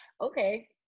okay